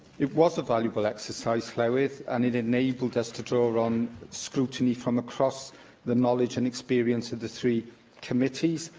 it was a valuable exercise, llywydd, and it enabled us to draw on scrutiny from across the knowledge and experience of the three committees,